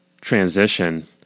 transition